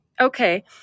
Okay